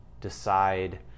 decide